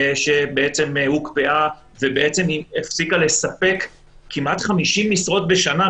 שבעצם הוקפאה והפסיקה לספק כמעט 50 משרות בשנה,